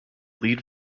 lead